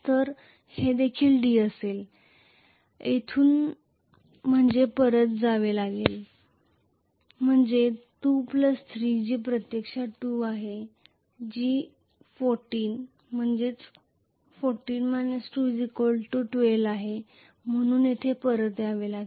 तर हेदेखील d असेल येथून म्हणजे परत यावे लागेल मित्र बाजूला म्हणजे 2 3 जी प्रत्यक्षात 2 आहे ती 14 14 2 12 आहे म्हणून येथे परत जावे लागेल